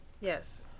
Yes